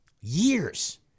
years